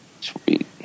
Sweet